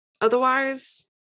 otherwise